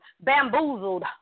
bamboozled